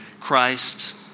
Christ